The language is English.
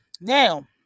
Now